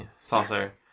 saucer